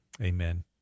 Amen